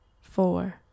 four